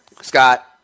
Scott